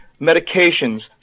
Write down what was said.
medications